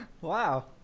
Wow